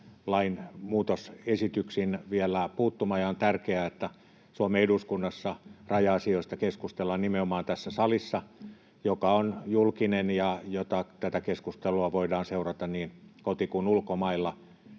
lainmuutosesityksin puuttumaan. On tärkeää, että Suomen eduskunnassa raja-asioista keskustellaan nimenomaan tässä salissa, joka on julkinen, että tätä keskustelua voidaan seurata niin koti- kuin ulkomailla